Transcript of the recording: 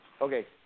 okay